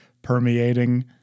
permeating